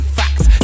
facts